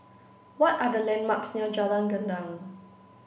what are the landmarks near Jalan Gendang